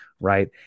right